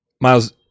miles